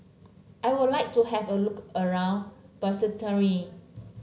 I would like to have a look around Basseterre